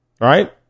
Right